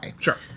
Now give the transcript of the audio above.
Sure